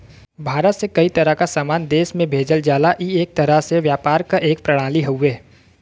भारत से कई तरह क सामान देश में भेजल जाला ई एक तरह से व्यापार क एक प्रणाली हउवे